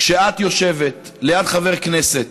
כשאת יושבת ליד חבר כנסת